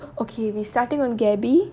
oh okay we starting on gaby